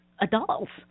adults